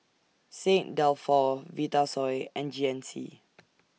Saint Dalfour Vitasoy and G N C